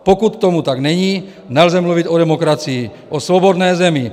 Pokud tomu tak není, nelze mluvit o demokracii, o svobodné zemi.